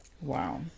Wow